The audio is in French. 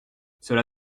cela